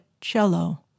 cello